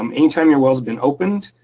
um anytime your well has been opened,